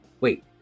wait